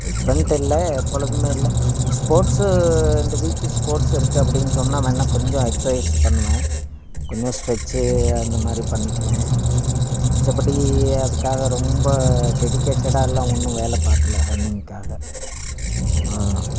இப்போன்ட்டு இல்லை எப்பொழுதுமே இல்லை ஸ்போர்ட்ஸு இந்த வீக்கு ஸ்போர்ட்ஸு இருக்குது அப்படின்னு சொன்னால் வேணால் கொஞ்சம் எக்ஸர்சைஸு பண்ணுவேன் கொஞ்சம் ஸ்ட்ரெட்ச்சி அந்த மாதிரி பண்ணிக்குவேன் மித்தபடி அதுக்காக ரொம்ப டெடிக்கேட்டடாயெல்லாம் ஒன்றும் வேலை பார்க்கல ரன்னிங்க்காக ஆ